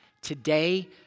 Today